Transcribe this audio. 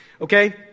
Okay